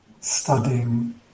studying